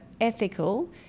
ethical